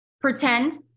Pretend